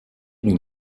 d’une